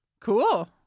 Cool